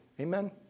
Amen